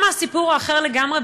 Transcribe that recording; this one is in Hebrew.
שם הסיפור אחר לגמרי,